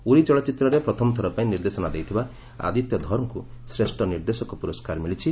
ଉରି ଚଳଚ୍ଚିତ୍ରରେ ପ୍ରଥମ ଥର ପାଇଁ ନିର୍ଦ୍ଦେଶନା ଦେଇଥିବା ଆଦିତ୍ୟ ଧରଙ୍କୁ ଶ୍ରେଷ ନିର୍ଦ୍ଦେଶକ ପୁରସ୍କାର ମିଳିଛି